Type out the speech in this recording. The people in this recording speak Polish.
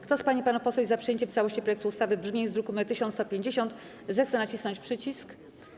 Kto z pań i panów posłów jest za przyjęciem w całości projektu ustawy w brzmieniu z druku nr 1150, zechce nacisnąć przycisk.